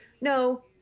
No